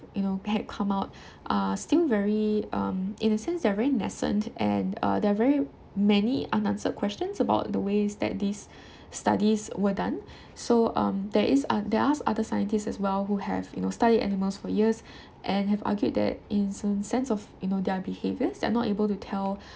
you know had come out are still very um in a sense they are very nascent and uh there are very many unanswered questions about the ways that these studies were done so um there is ot~ there are other scientists as well who have you know study animals for years and have argued that in some sense of you know their behaviours they are not able to tell